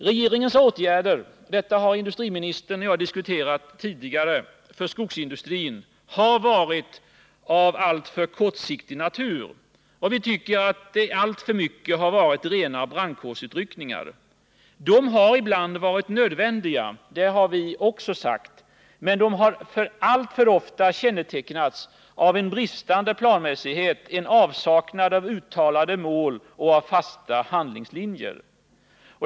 Regeringens åtgärder — den saken har industriministern och jag diskuterat tidigare — till förmån för skogsindustrin har varit av alltför kortsiktig natur. Vi tycker att dessa åtgärder i alltför stor utsträckning liknat rena brandkårsutryckningar. De har ibland varit nödvändiga — det har vi också sagt — men de har väl ofta kännetecknats av en bristande planmässighet och en avsaknad av uttalade mål och fasta handlingslinjer.